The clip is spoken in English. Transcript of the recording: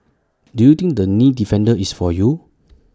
do you think the knee defender is for you